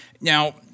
Now